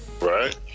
Right